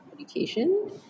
education